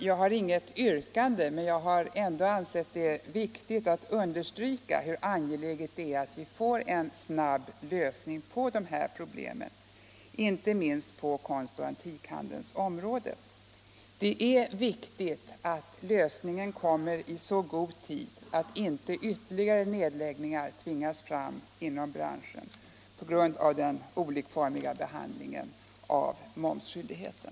Jag har inget yrkande men har ansett det viktigt att understryka hur angeläget det är att vi får en snabb lösning på dessa problem, inte minst på konstoch antikhandelns område. Det är viktigt att lösningen kommer i så god tid att inte ytterligare nedläggningar tvingas fram inom branschen på grund av den olikformiga behandlingen av momsskyldigheten.